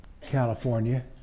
california